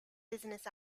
business